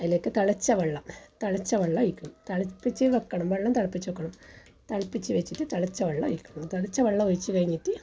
അതിലേക്ക് തിളച്ച വെള്ളം തിളച്ചവെള്ളം ഒഴിക്കും തിളപ്പിച്ച് വെക്കണം വെള്ളം തിളപ്പിച്ച് വെക്കണം തിളപ്പിച്ച് വെച്ചിട്ട് തിളച്ചവെള്ളം ഒഴിക്കണം തിളച്ച വെള്ളം ഒഴിച്ചു കഴിഞ്ഞിട്ട്